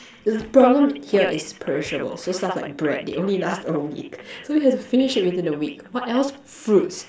the problem here is perishable so stuff like bread they only last a week so we have to finish it within a week what else fruits